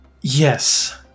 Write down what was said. yes